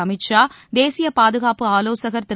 அமித் ஷா தேசிய பாதுகாப்பு ஆவோசகர் திரு